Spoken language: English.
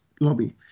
lobby